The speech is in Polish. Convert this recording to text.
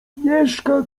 mieszka